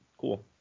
cool